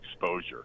exposure